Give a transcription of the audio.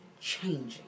changing